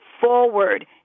forward